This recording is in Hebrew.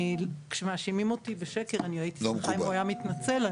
כשמאשימים בשקר, הייתי שמחה אם הוא היה מתנצל.